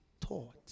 taught